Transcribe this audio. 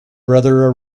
brother